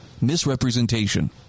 misrepresentation